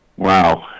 Wow